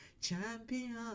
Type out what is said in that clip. Champion